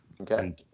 Okay